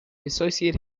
associate